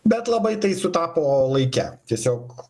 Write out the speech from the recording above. bet labai tai sutapo laike tiesiog